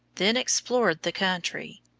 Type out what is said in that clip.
then explored the country,